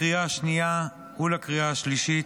לקריאה השנייה ולקריאה השלישית,